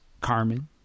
Carmen